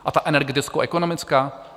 A ta energetickoekonomická?